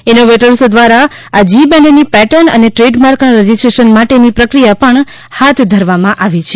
innovators દ્વારા આ G બેન્ડની પેર્ટન અને ટ્રેડમાર્કના રજીસ્ટ્રેશન માટેની પ્રકિયા પણ હાથ ધરવામાં આવી છે